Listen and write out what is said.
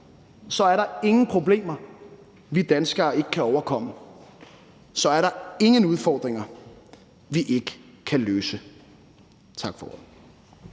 er der ingen problemer, vi danskere ikke kan overkomme, så er der ingen udfordringer, vi ikke kan løse. Vi